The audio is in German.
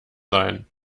sein